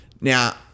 Now